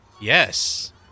Yes